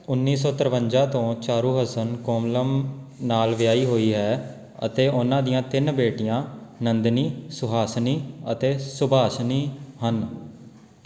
ਉੱਨੀ ਸੌ ਤਰਵੰਜਾ ਤੋਂ ਚਾਰੂਹਸਨ ਕੋਮਲਮ ਨਾਲ ਵਿਆਹੀ ਹੋਈ ਹੈ ਅਤੇ ਉਨ੍ਹਾਂ ਦੀਆਂ ਤਿੰਨ ਬੇਟੀਆਂ ਨੰਦਿਨੀ ਸੁਹਾਸਿਨੀ ਅਤੇ ਸੁਭਾਸਿਨੀ ਹਨ